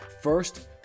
First